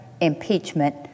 impeachment